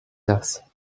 das